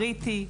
קריטי,